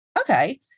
okay